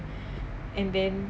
and then